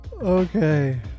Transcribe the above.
Okay